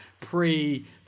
pre